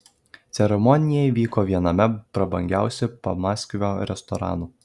ceremonija įvyko viename prabangiausių pamaskvio restoranų